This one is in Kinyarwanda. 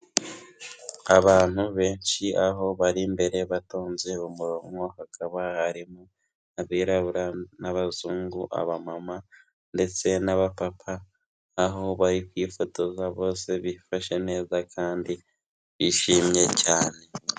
Abantu benshi aho bari imbere batonze umurongo, hakaba harimo abirabura n'abazungu, abamama ndetse n'abapapa, aho bari kwifotoza bose bifashe neza kandi bishimye cyane.